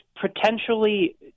potentially